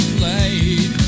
played